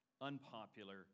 unpopular